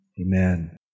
Amen